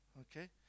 Okay